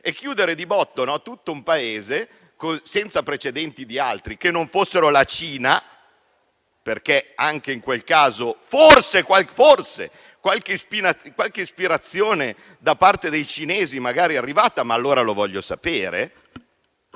e chiudere di botto tutto un Paese, senza precedenti di altri Paesi, che non fossero la Cina? Anche in tal caso, forse qualche ispirazione da parte dei cinesi è arrivata, ma allora lo voglio sapere.